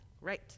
Right